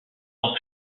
ans